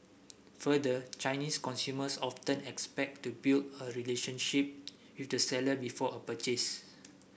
further Chinese consumers often expect to build a relationship with the seller before a purchase